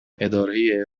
اداره